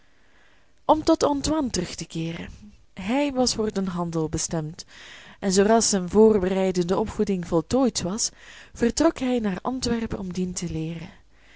om tot antoine terug te keeren hij was voor den handel bestemd en zooras zijne voorbereidende opvoeding voltooid was vertrok hij naar antwerpen om dien te leeren